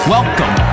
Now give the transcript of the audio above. Welcome